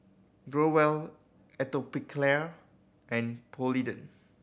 Growell Atopiclair and Polident